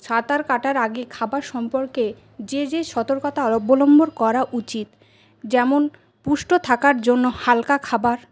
সাঁতার কাটার আগে খাবার সম্পর্কে যে যে সতর্কতা অবলম্বন করা উচিত যেমন পুষ্ট থাকার জন্য হালকা খাবার